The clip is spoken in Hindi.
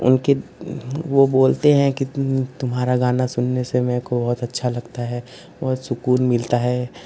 उनके वह बोलते हैं कि तुम्हारा गाना सुनने से मुझको बहुत अच्छा लगता है बहुत सुक़ून मिलता है